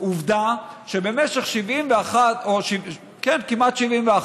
עובדה שבמשך כמעט 71,